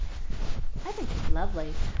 i think it's lovely.